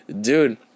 dude